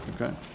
Okay